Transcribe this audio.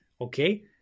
okay